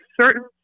certain